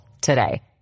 today